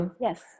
Yes